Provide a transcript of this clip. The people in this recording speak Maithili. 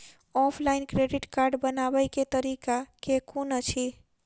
ऑफलाइन क्रेडिट कार्ड बनाबै केँ तरीका केँ कुन अछि?